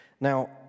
Now